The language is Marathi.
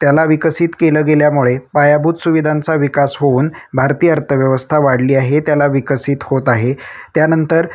त्याला विकसित केलं गेल्यामुळे पायाभूत सुविधांचा विकास होऊन भारतीय अर्थव्यवस्था वाढली आहे त्याला विकसित होत आहे त्यानंतर